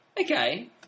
okay